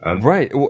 Right